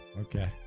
Okay